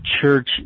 church